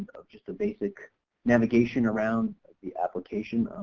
just a basic navigation around the application,